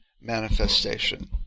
manifestation